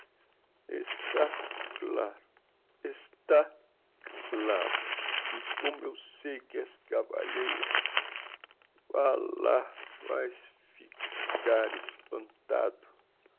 ancião está claro está c laro e como eu sei que és cavalheiro vá la vaes fi car espantado